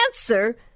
answer